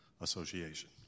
Association